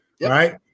right